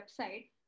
website